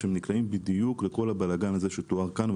שהם נקלעים לכל הבלגאן שתואר כאן,